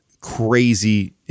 crazy